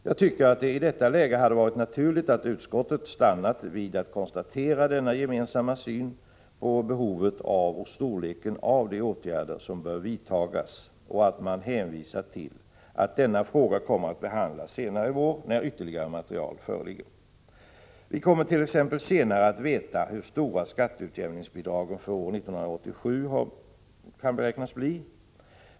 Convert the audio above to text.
Jag tycker att det i detta läge hade varit naturligt att utskottet stannat vid att konstatera denna gemensamma syn på behovet av och storleken av de åtgärder som bör vidtas och att man hänvisat till att denna fråga kommer att behandlas senare i vår när ytterligare material föreligger. Vi kommer t.ex. senare att veta hur stora skatteutjämningsbidragen för år 1987 kan beräknas bli.